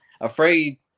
afraid